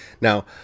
Now